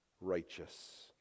righteous